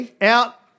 out